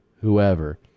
whoever